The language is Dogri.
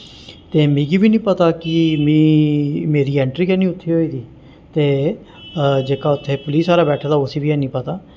ते मिगी बी निं पता कि में मेरी एंट्री गै निं उत्थें होई दी ते जेह्का उत्थें पुलिस आह्ला बैठे दा उसी बी ऐनी पता